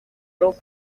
rugo